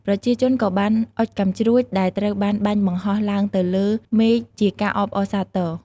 ប្រជាជនក៏បាន អុជកាំជ្រួច ដែលត្រូវបានបាញ់បង្ហោះឡើងទៅលើមេឃជាការអបអរសាទរ។